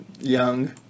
young